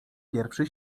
pierwszy